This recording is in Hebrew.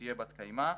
שתהיה בת-קיימא,